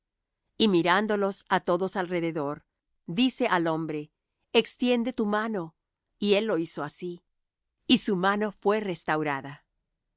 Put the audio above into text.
y mirándolos á todos alrededor dice al hombre extiende tu mano y él lo hizo así y su mano fué restaurada